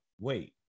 Wait